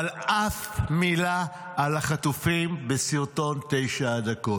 אבל אף מילה על החטופים בסרטון תשע הדקות.